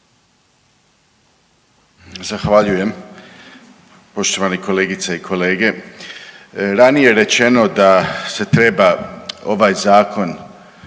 Zahvaljujem poštovane kolegice i kolege. Ranije je rečeno da se treba ovaj zakon